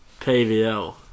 PVL